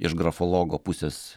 iš grafologo pusės